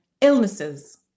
illnesses